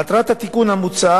מטרת התיקון המוצע